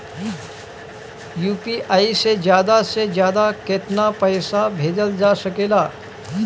UPI से ज्यादा से ज्यादा केतना पईसा भेजल जा सकेला?